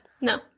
No